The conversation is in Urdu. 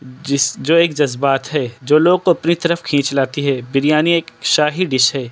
جس جو ایک جذبات ہے جو لوگ کو اپنی طرف کھینچ لاتی ہے بریانی ایک شاہی ڈش ہے